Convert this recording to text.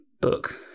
book